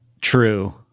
True